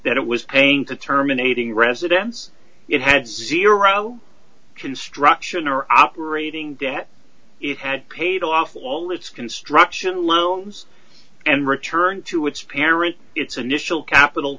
that it was paying the terminating residence it had zero construction or operating debt it had paid off all its construction loans and returned to its parent its initial capital